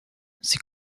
sie